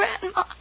Grandma